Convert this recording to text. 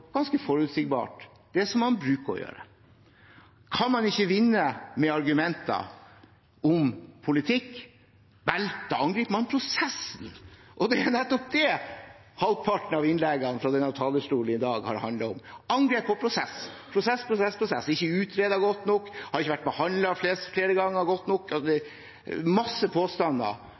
ganske forutsigbart det man bruker å gjøre. Kan man ikke vinne med argumenter om politikk, angriper man prosessen, og det er nettopp det halvparten av innleggene fra denne talerstolen i dag har handlet om. Det er angrep på prosess – prosess, prosess, prosess – at det ikke er utredet godt nok, at det flere ganger ikke har vært behandlet godt nok. Det er masse påstander